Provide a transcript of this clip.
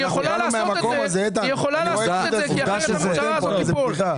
היא יכולה לעשות את זה רק כי אחרת הממשלה הזאת תיפול.